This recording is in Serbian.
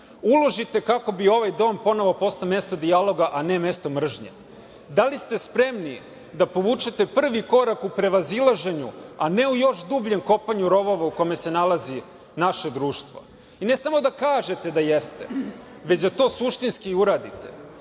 uložite kako bi ovaj dom ponovo postao mesto dijaloga, a ne mesto mržnje, da li ste spremni da povučete prvi korak u prevazilaženju, a ne u još dubljem kopanju rovova u kome se nalazi naše društvo, i ne samo da kažete da jeste, već da to suštinski i uradite. Da